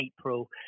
april